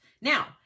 Now